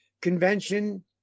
convention